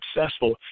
successful